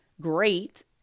great